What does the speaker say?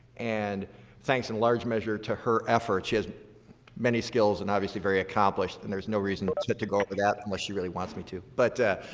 and thanks in large measure to her effort, she has many skills and obviously very accomplished, and there's no reason but to go over that, unless she really wants me to. but